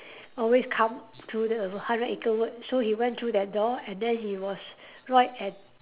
always come to the hundred acre wood so he went through that door and then he was right at